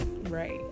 Right